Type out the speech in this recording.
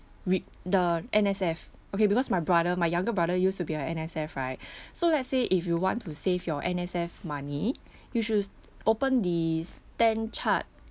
read the N_S_F okay because my brother my younger brother used to be a N_S_F right so let's say if you want to save your N_S_F money you should open the stan chart